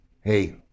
hey